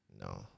No